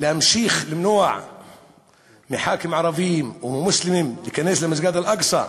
להמשיך למנוע מחברי הכנסת הערבים או ממוסלמים להיכנס למסגד אל-אקצא,